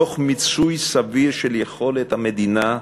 תוך מיצוי סביר של יכולת המדינה,